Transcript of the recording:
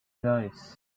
nice